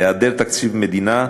בהיעדר תקציב מדינה,